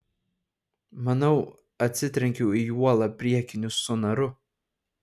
manau atsitrenkiau į uolą priekiniu sonaru